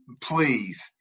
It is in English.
please